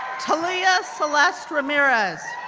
thalia celeste ramirez,